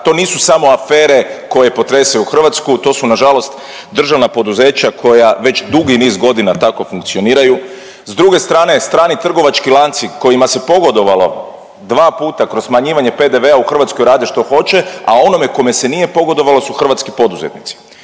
to nisu samo afere koje potresaju Hrvatsku, to su nažalost državna poduzeća koja već dugi niz godina tako funkcioniraju. S druge strane, strani trgovački lanci kojima se pogodovalo 2 puta kroz smanjivanje PDV-a u Hrvatskoj rade što hoće, a onome kome se nije pogodovalo su hrvatski poduzetnici.